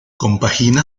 compagina